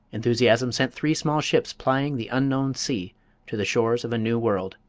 enthusiasm sent three small ships plying the unknown sea to the shores of a new world.